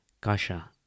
Kasha